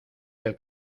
del